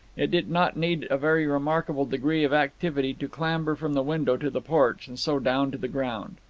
it did not need a very remarkable degree of activity to clamber from the window to the porch, and so down to the ground.